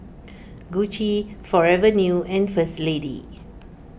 Gucci Forever New and First Lady